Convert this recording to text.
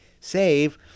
save